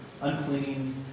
Unclean